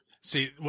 See